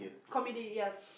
comedy ya